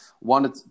wanted